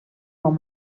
from